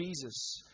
Jesus